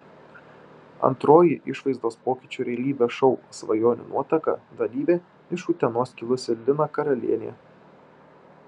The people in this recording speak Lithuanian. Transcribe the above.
antroji išvaizdos pokyčių realybės šou svajonių nuotaka dalyvė iš utenos kilusi lina karalienė